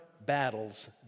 battles